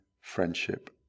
friendship